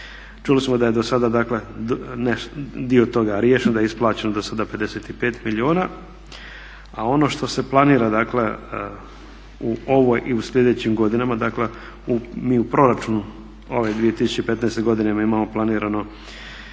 Čuli samo da je dosada dio toga riješen, da je isplaćeno dosada 55 milijuna, a ono što se planira dakle u ovoj i slijedećim godinama, dakle mi u proračunu ove 2015. godine imamo planirano